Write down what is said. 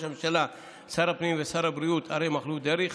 הממשלה שר הפנים ושר הבריאות אריה מכלוף דרעי,